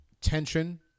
tension